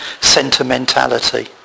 sentimentality